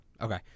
Okay